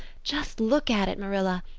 just look at it, marilla.